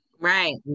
right